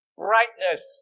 brightness